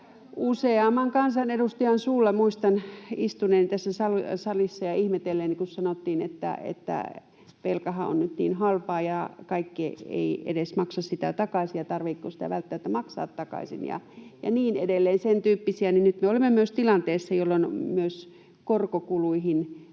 suulla. [Krista Kiurun välihuuto] Muistan istuneeni tässä salissa ja ihmetelleeni, kun sanottiin, että velkahan on nyt niin halpaa ja kaikki eivät edes maksa sitä takaisin ja tarvitseeko sitä välttämättä maksaa takaisin ja niin edelleen, sentyyppisiä, ja nyt me olemme tilanteessa, jolloin myös korkokuluihin